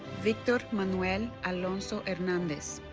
victor manuel alonso hernandez